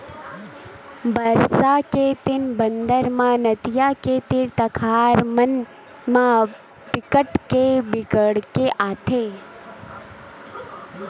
बरसा के दिन बादर म नदियां के तीर तखार मन म बिकट के बाड़गे आथे